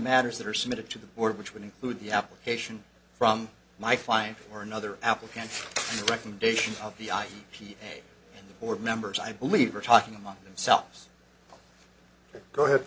matters that are submitted to the board which would include the application from my client or another applicant recommendation of the i p the board members i believe are talking among themselves go ahead